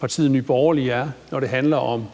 partiet Nye Borgerlige er, når det handler om